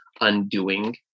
undoing